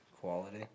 quality